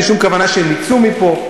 אין לי שום כוונה שהם יצאו מפה.